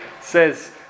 says